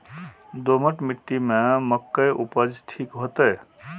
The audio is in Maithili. दोमट मिट्टी में मक्के उपज ठीक होते?